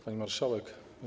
Pani Marszałek!